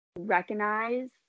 recognize